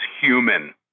human